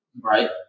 Right